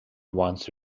once